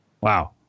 Wow